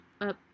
up